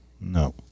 No